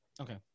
okay